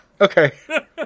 okay